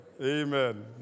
amen